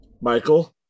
Michael